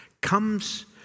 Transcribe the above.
comes